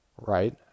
Right